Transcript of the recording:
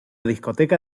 discoteca